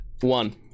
One